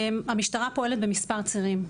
המשטרה פועלת במספר צירים,